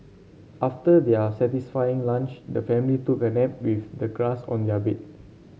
after their satisfying lunch the family took a nap with the grass on their bed